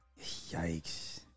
Yikes